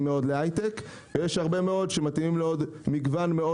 מאוד להייטק ויש הרבה מאוד שמתאימים לעוד מגוון מאוד